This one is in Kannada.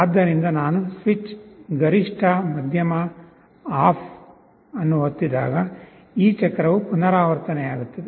ಆದ್ದರಿಂದ ನಾನು ಸ್ವಿಚ್ ಗರಿಷ್ಠ ಮಧ್ಯಮ ಆಫ್ ಅನ್ನು ಒತ್ತಿದಾಗ ಈ ಚಕ್ರವು ಪುನರಾವರ್ತನೆಯಾಗುತ್ತದೆ